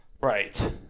Right